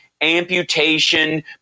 amputation